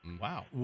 Wow